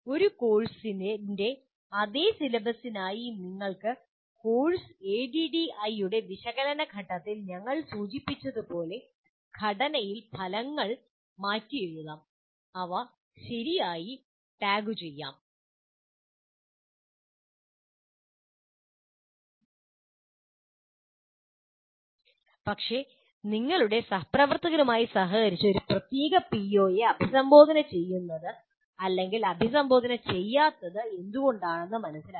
ഒരു കോഴ്സിന്റെ അതേ സിലബസിനായിനിങ്ങൾക്ക് കോഴ്സ് ADDIE യുടെ വിശകലന ഘട്ടത്തിൽ ഞങ്ങൾ സൂചിപ്പിച്ച ഒരു ഘടനയിൽ ഫലങ്ങൾ മാറ്റിയെഴുതാം അവ ശരിയായി ടാഗുചെയ്യാം പക്ഷേ നിങ്ങളുടെ സഹപ്രവർത്തകരുമായി സഹകരിച്ച് ഒരു പ്രത്യേക പിഒയെ അഭിസംബോധന ചെയ്യുന്നത് അഭിസംബോധന ചെയ്യാത്തത് എന്തുകൊണ്ടാണെന്ന് മനസിലാക്കുക